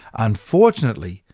unfortunately,